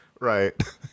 Right